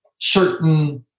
certain